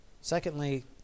Secondly